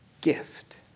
gift